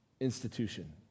Institution